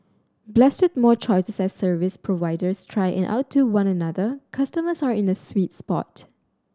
blessed with more choices as service providers try and outdo one another customers are in a sweet spot